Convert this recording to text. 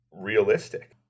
realistic